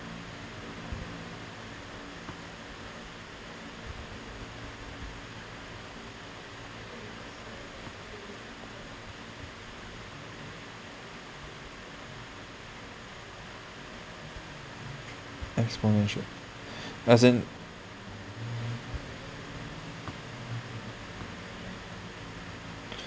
exponentially as in